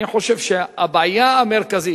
אני חושב שהבעיה המרכזית,